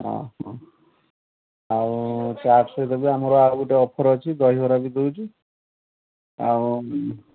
ହଁ ହଁ ଆଉ ଚାଟ୍ ସହିତ ବି ଆମର ଆଉ ଗୋଟେ ଅଫର୍ ଅଛି ଦହିବରା ବି ଦଉଛି ଆଉ